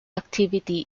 activity